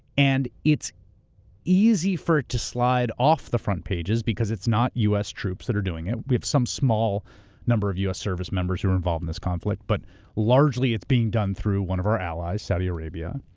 and it's easy for it to slide off the front pages, because it's not u. s. troops that are doing it. we have some small number u. s. service members who are involved in this conflict but largely it's being done through one of our allies, saudi arabia.